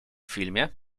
filmie